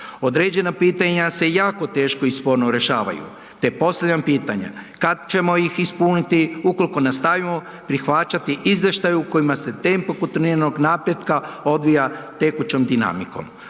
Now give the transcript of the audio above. Određena pitanja se jako teško i sporo rješavaju, te postavljam pitanje, kad ćemo ih ispuniti ukolko nastavimo prihvaćati izvještaj u kojima se tempo kontinuiranog napretka odvija tekućom dinamikom.